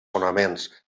fonaments